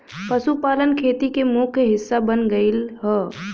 पशुपालन खेती के मुख्य हिस्सा बन गयल हौ